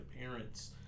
parents